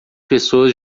pessoas